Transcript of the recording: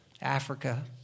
Africa